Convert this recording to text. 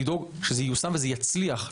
ולדאוג שזה ייושם ושזה יצליח.